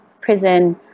prison